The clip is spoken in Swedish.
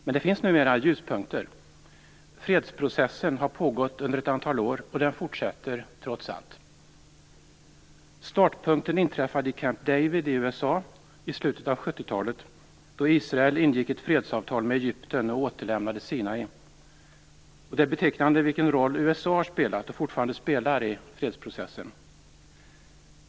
Men det finns numera ljuspunkter. Fredsprocessen har pågått under ett antal år, och den fortsätter trots allt. Startpunkten inträffade i Camp David i USA i slutet av 70-talet, då Israel ingick ett fredsavtal med Egypten och återlämnade Sinai. Och det är betecknande vilket roll USA har spelat och fortfarande spelar i fredsprocessen.